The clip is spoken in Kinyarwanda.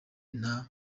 nta